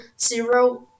zero